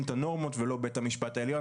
את הנורמות ולא בית המשפט העליון.